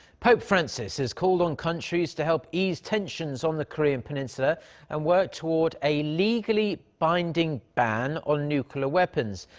pope francis has called on countries to help ease tensions on the korean peninsula and work toward a legally binding ban on nuclear weapons.